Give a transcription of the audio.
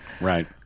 Right